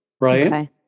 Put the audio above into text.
right